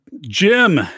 Jim